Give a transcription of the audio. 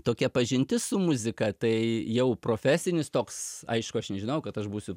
tokia pažintis su muzika tai jau profesinis toks aišku aš nežinojau kad aš būsiu